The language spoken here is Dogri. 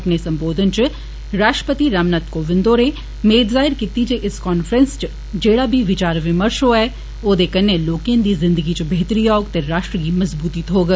अपने सम्बोधन च राष्ट्रपति रामनाथ कोविन्द होरे मेद जाहिर कीती जे इस कान्फ्रैंस च जेडा बी विचार विर्मश होआ ऐ औदे कन्नै लोकं दी जिन्दगी च बेहतरी औग ते राष्ट्र गी मज़बूती थ्होग